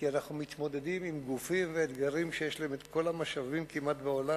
כי אנחנו מתמודדים עם גופים ואתגרים שיש להם כמעט את כל המשאבים בעולם